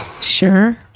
sure